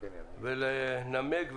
לנמק,